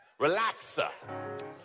relaxer